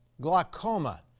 glaucoma